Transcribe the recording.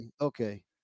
okay